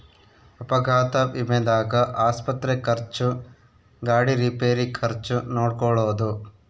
ಅಪಘಾತ ವಿಮೆದಾಗ ಆಸ್ಪತ್ರೆ ಖರ್ಚು ಗಾಡಿ ರಿಪೇರಿ ಖರ್ಚು ನೋಡ್ಕೊಳೊದು